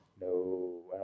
No